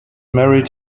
married